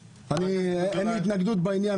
אין לי התנגדות בעניין,